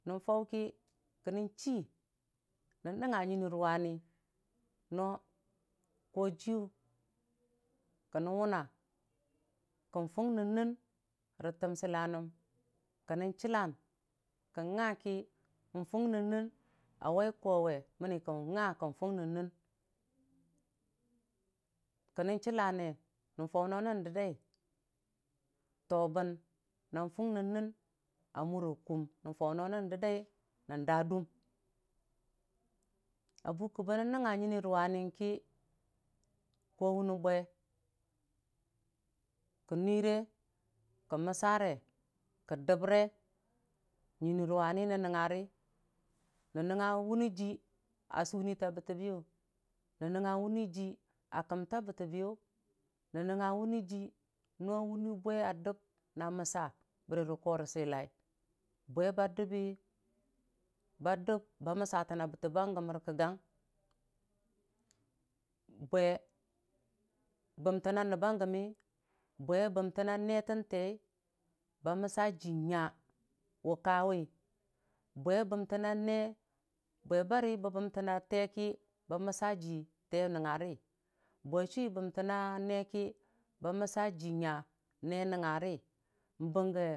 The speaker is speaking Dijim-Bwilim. Nən fauki kənən chi nən nɨngnga nyinirʊ wani no kojiiyʊ kənnən wʊna kən kung nən nɨn rə təm silanəm kə nən chillan kən ngaki n'fung nən nɨn a wai kowe mənni kar nga kən fung nən mɨn kənən chilla nən fau no nən dəndai tolən nor fung nənnɨn a mura kum nən fau no nən dəddai nən daa dum a bʊkə bənən nəngnga nyim nwom, yinki kowune bwe, kən nyire kə mɨsare, kə dəmre nyini rʊwam nən nəgnga nəngng wʊnijii a sunitaa bətə biyʊ nən nəngnga wunijii a kəmta bətə biyu nən nəngnga wʊnijii no wunne be a dəm na məsa bəri korə silai bwe ba dəmbi ba dəm ba məsatən na bətəm ba gəm kə rə silai bwe ba dəmbi ba dəm a məsatəna bətəm bagəm rə kəkgang bwe bəmtənna nəbba gəmmii wbe bəmtənna nee tən tee ba mɨsa jiinya wʊ kawi bwe bəmtənna nee bwe bari bə bəmtəna teeki ba mɨsajii tee nəngnga ri bwe chʊwi bəmtəna neeki ba mɨsajii nya nee nəngngari n'bənge.